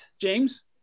James